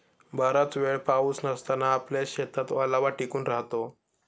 बराच वेळ पाऊस नसताना आपल्या शेतात ओलावा टिकून राहतो